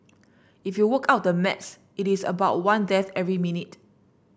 if you work out the maths it is about one death every minute